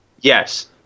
Yes